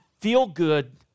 feel-good